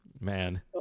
Man